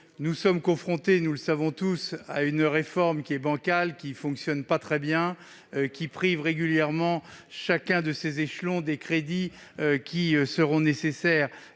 Nous sommes confrontés, nous le savons tous, à une réforme bancale, qui ne fonctionne pas très bien, et qui prive régulièrement chacun des échelons de la métropole des crédits nécessaires